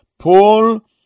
Paul